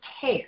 care